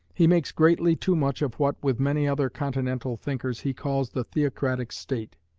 he makes greatly too much of what, with many other continental thinkers, he calls the theocratic state.